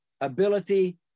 ability